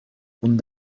punt